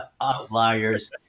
outliers